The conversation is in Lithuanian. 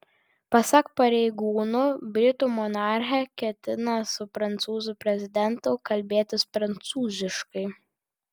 pasak pareigūnų britų monarchė ketina su prancūzų prezidentu kalbėtis prancūziškai